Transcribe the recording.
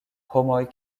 homoj